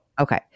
Okay